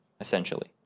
essentially